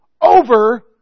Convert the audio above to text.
over